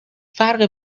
فرق